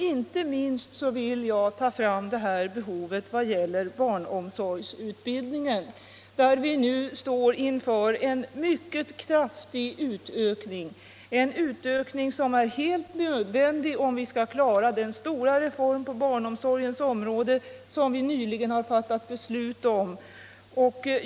Inte minst vill jag ta fram det här behovet i barnomsorgsutbildningen, där vi nu står inför en mycket kraftig utökning, en utökning som är helt nödvändig om vi skall klara den stora reform på barnomsorgens område som vi nyligen fattat beslut om.